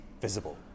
visible